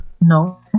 No